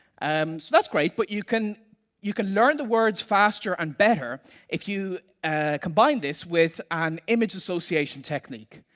um so that's great but you can you can learn the words faster and better if you combine this with an image association technique.